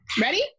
Ready